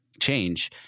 change